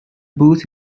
booth